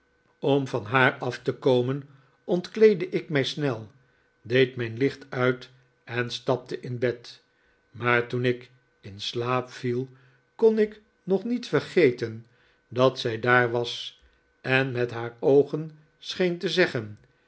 om van haar af te komen bntkleedde ik mij snel deed mijn licht uit en stapte in bed maar toen ik in slaap viel kon ik nog niet vergeten dat zij daar was en met haar oogen scheen te zeggen